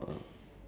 ya